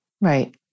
Right